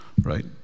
right